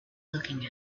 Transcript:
looking